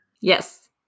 Yes